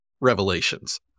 revelations